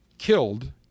killed